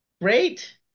Great